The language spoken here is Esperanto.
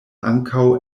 ankaŭ